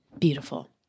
beautiful